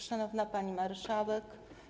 Szanowna Pani Marszałek!